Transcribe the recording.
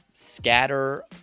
Scatter